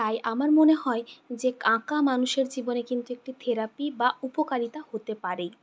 তাই আমার মনে হয় যে আঁকা মানুষের জীবনে কিন্তু একটি থেরাপি বা উপকারিতা হতে পারে